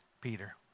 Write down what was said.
Peter